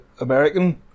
american